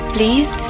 Please